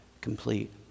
complete